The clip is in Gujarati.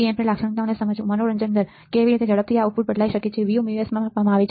Op amp લાક્ષણિકતાઓને સમજવું મનોરંજન દર • કેવી રીતે ઝડપી આઉટપુટ બદલાઈ શકે છે Vμs માં માપવામાં આવે છે